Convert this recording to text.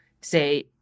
say